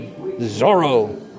Zorro